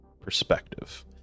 perspective